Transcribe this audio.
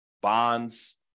bonds